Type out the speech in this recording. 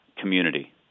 community